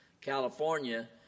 California